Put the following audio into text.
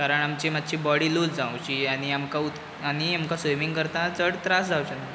कारण आमची मात्शी बाॅडी लूज जावची आनी आनी आमकां उड आनी आमकां स्विमींग करतना चड त्रास जावचे न्हू म्हणून